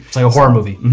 it's like a horror movie.